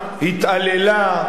התעללה,